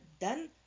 done